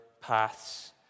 paths